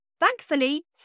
Thankfully